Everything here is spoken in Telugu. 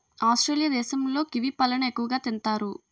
ఆస్ట్రేలియా దేశంలో కివి పళ్ళను ఎక్కువగా తింతారు